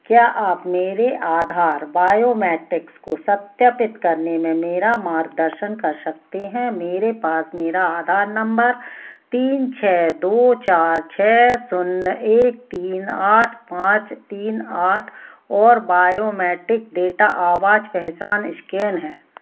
क्या आप मेरे आधार बायोमेट्रिक्स को सत्यापित करने में मेरा मार्गदर्शन कर सकते हैं मेरे पास मेरा आधार नम्बर तीन छः दो चार छः शून्य एक तीन आठ पाँच तीन आठ और बायोमेट्रिक डेटा आवाज पहचान स्कैन है